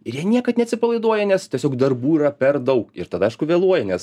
ir jie niekad neatsipalaiduoja nes tiesiog darbų yra per daug ir tada aišku vėluoja nes